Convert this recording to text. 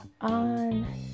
On